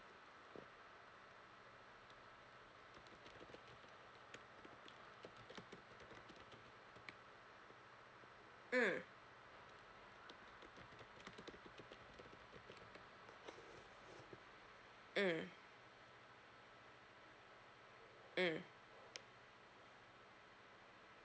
mm mm mm